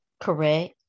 correct